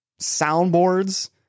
soundboards